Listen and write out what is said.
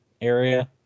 area